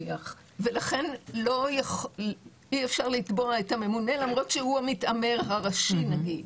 ולכן אי אפשר לתבוע את הממונה אף על פי שהוא המתעמר הראשי.